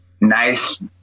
nice